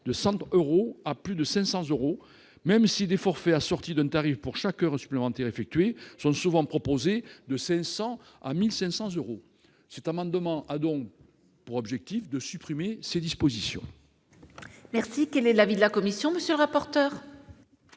de 100 euros à plus de 500 euros, même si des forfaits assortis d'un tarif pour chaque heure supplémentaire effectuée sont souvent proposés, de 500 euros à 1 500 euros. Cet amendement a donc pour objectif de supprimer ces dispositions.